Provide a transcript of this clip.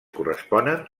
corresponen